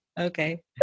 Okay